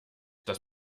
dass